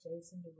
Jason